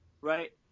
Right